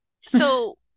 So-